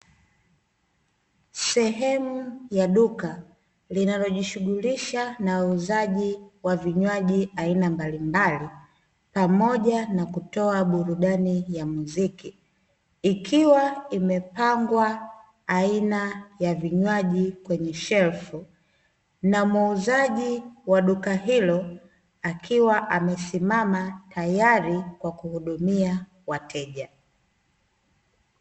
Sehemu ya duka, linalo jishughulisha na uuzaji wa vinywaji aina mbalimbali pamoja na kutoa burudani ya muziki. Ikiwa imepangwa aina ya vinywaji kwenye shelfu, na muuzaji wa duka hilo akiwa amesimama tayari kwa kuhudumia wateja.